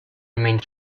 remained